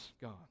God